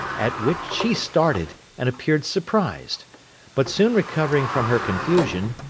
at which she started, and appeared surprised but soon recovering from her confusion,